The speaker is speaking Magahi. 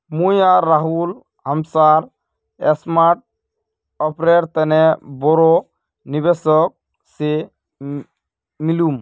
मुई आर राहुल हमसार स्टार्टअपेर तने बोरो निवेशक से मिलुम